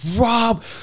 Rob